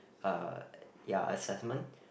uh ya assessment